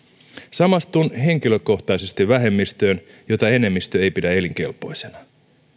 samastun henkilökohtaisesti vähemmistöön jota enemmistö ei pidä elinkelpoisena